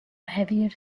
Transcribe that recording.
heavier